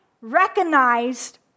recognized